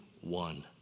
one